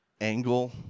angle